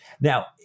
Now